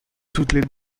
toutes